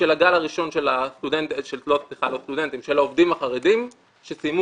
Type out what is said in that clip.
הגל הראשון של העובדים החרדים שסיימו